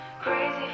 crazy